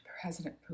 President